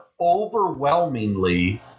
overwhelmingly